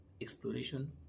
exploration